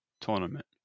tournament